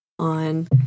on